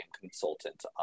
consultant